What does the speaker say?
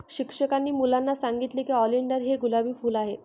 शिक्षकांनी मुलांना सांगितले की ऑलिंडर हे गुलाबी फूल आहे